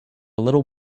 little